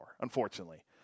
unfortunately